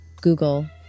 Google